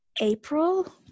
April